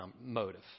motive